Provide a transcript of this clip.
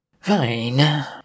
Fine